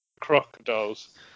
crocodiles